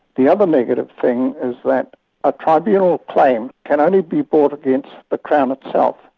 the other negative thing is that a tribunal claim can only be brought against the crown itself,